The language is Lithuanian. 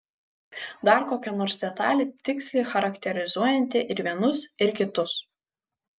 dar kokia nors detalė tiksliai charakterizuojanti ir vienus ir kitus